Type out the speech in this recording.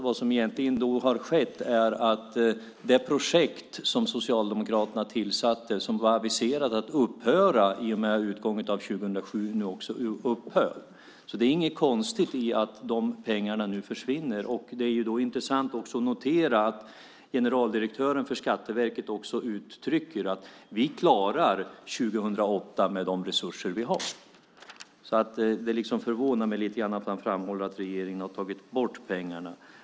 Vad som egentligen sker är att det projekt som Socialdemokraterna tillsatte som var aviserat att upphöra i och med utgången av 2007 nu också upphör. Så det är inget konstigt att de pengarna nu försvinner. Det är också intressant att notera att generaldirektören för Skatteverket uttrycker att man klarar 2008 med de resurser man har. Därför förvånar det mig lite grann att man framhåller att regeringen har tagit bort pengarna.